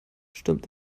stürmt